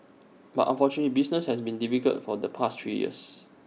but unfortunately business has been difficult for the past three years